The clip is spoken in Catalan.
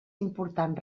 important